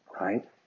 Right